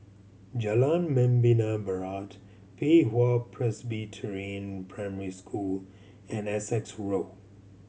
Jalan Membina Barat Pei Hwa Presbyterian Primary School and Essex Road